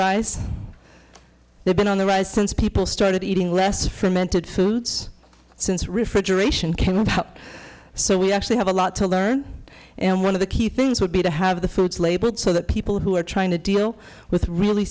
rise they've been on the rise since people started eating less fermented foods since refrigeration can't help so we actually have a lot to learn and one of the key things would be to have the foods labeled so that people who are trying to deal with really